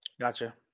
gotcha